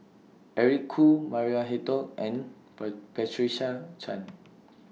Eric Khoo Maria Hertogh and Per Patricia Chan